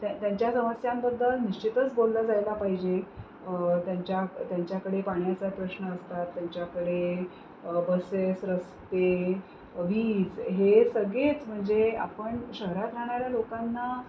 त्यां त्यांच्या समस्यांबद्दल निश्चितच बोललं जायला पाहिजे त्यांच्या त्यांच्याकडे पाण्याचा प्रश्न असतात त्यांच्याकडे बसेस रस्ते वीज हे सगळेच म्हणजे आपण शहरात राहणाऱ्या लोकांना